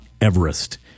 Everest